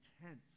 intense